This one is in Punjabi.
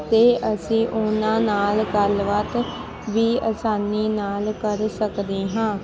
ਅਤੇ ਅਸੀਂ ਉਹਨਾਂ ਨਾਲ ਗੱਲਬਾਤ ਵੀ ਆਸਾਨੀ ਨਾਲ ਕਰ ਸਕਦੇ ਹਾਂ